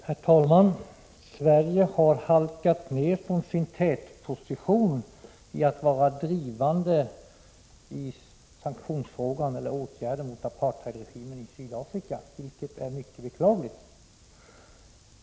Herr talman! Sverige har halkat ned från sin tätposition när det gäller att vara drivande i frågan om sanktioner mot apartheidregimen i Sydafrika, vilket är mycket beklagligt.